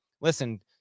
listen